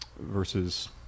versus